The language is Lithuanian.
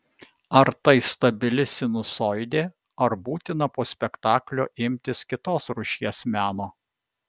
ar tai stabili sinusoidė ar būtina po spektaklio imtis kitos rūšies meno